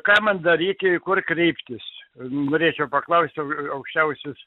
ką man daryti kur kreiptis norėčiau paklaust aukščiausius